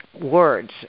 words